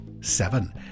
Seven